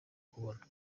kubona